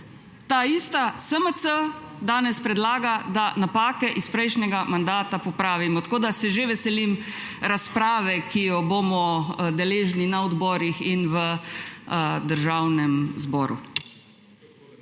Ta ista SMC danes predlaga, da napake iz prejšnjega mandata popravimo. Tako da se že veselim razprave, ki je bomo deležni na odborih in v Državnem zboru.